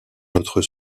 notre